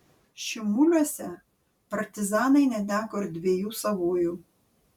šimuliuose partizanai neteko ir dviejų savųjų